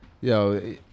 Yo